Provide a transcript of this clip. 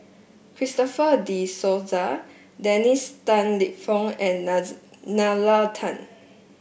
Christopher De Souza Dennis Tan Lip Fong and Nalla Tan